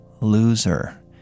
loser